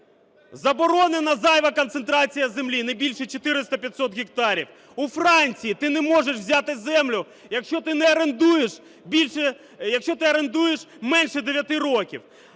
заборонена зайва концентрація землі, не більше 400-500 гектарів. У Франції ти не можеш взяти землю, якщо ти не орендуєш більше… якщо